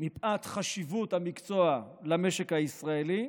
מפאת חשיבות המקצוע למשק הישראלי,